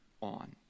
on